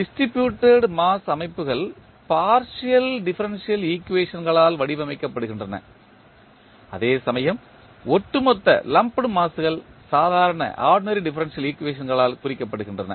distributed mass அமைப்புகள் partial differential ஈக்குவேஷனால்களால் வடிவமைக்கப்படுகின்றன அதேசமயம் ஒட்டுமொத்த மாஸ்கள் சாதாரண டிஃபரன்ஷியல் ஈக்குவேஷனால்களால் குறிக்கப்படுகின்றன